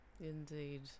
Indeed